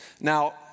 Now